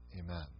amen